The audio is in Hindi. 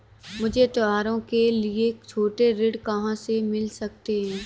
मुझे त्योहारों के लिए छोटे ऋण कहाँ से मिल सकते हैं?